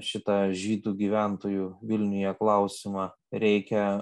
šitą žydų gyventojų vilniuje klausimą reikia